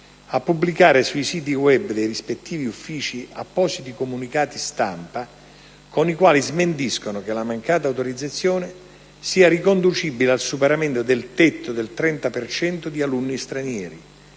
a pubblicare sui siti *web* dei rispettivi uffici appositi comunicati stampa, con i quali smentiscono che la mancata autorizzazione sia riconducibile al superamento del tetto del 30 per cento di alunni stranieri,